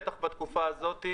בטח בתקופה הזאת,